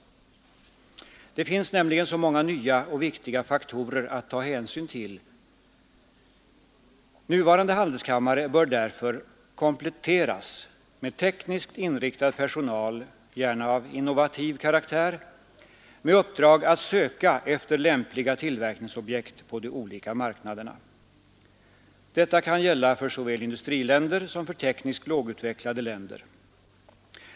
Det finns så många nya och viktiga faktorer att ta hänsyn till! Nuvarande handelskamrar bör därför kompletteras med tekniskt inriktad personal — gärna med innovativ läggning — med uppdrag att söka efter lämpliga tillverkningsobjekt på de olika marknaderna. Detta kan gälla för såväl industriländer som tekniskt lågutvecklade länder.